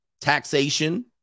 Taxation